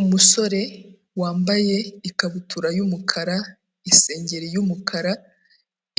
Umusore wambaye ikabutura y'umukara, isengeri y'umukara,